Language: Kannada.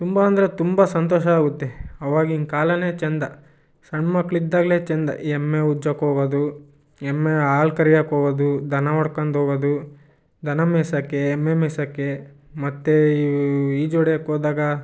ತುಂಬ ಅಂದರೆ ತುಂಬ ಸಂತೋಷ ಆಗುತ್ತೆ ಅವಾಗಿನ ಕಾಲನೇ ಚೆಂದ ಸಣ್ಣ ಮಕ್ಕಳಿದ್ದಾಗ್ಲೇ ಚೆಂದ ಎಮ್ಮೆ ಉಜ್ಜಕ್ಕೋಗೋದು ಎಮ್ಮೆ ಹಾಲ್ ಕರಿಯಕ್ಕೆ ಹೋಗೋದು ದನ ಹೊಡ್ಕಂಡ್ ಹೋಗದು ದನ ಮೇಯ್ಸೋಕ್ಕೆ ಎಮ್ಮೆ ಮೇಯ್ಸೋಕ್ಕೆ ಮತ್ತು ಈಜೋಡಿಯಕ್ಕೆ ಹೋದಾಗ